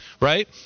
right